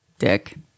dick